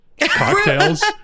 cocktails